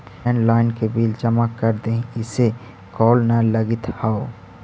landline के bill जमा कर देहीं, इसे कॉल न लगित हउ